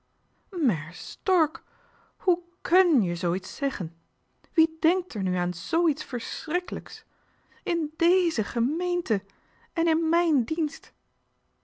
strk hoe khùn je zoo iets zeggen wie denkt er nu aan zoo iets verschrik'leks in déze geméénte en in mjn dienst